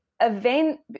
event